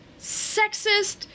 sexist